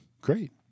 great